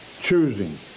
choosing